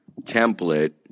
template